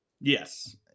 Yes